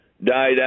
died